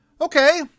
Okay